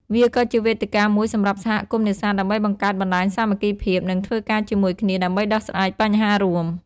វាក៏ជាវេទិកាមួយសម្រាប់សហគមន៍នេសាទដើម្បីបង្កើតបណ្តាញសាមគ្គីភាព និងធ្វើការជាមួយគ្នាដើម្បីដោះស្រាយបញ្ហារួម។